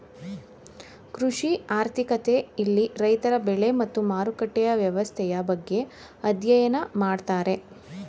ಕೃಷಿ ಆರ್ಥಿಕತೆ ಇಲ್ಲಿ ರೈತರ ಬೆಳೆ ಮತ್ತು ಮಾರುಕಟ್ಟೆಯ ವ್ಯವಸ್ಥೆಯ ಬಗ್ಗೆ ಅಧ್ಯಯನ ಮಾಡ್ತಾರೆ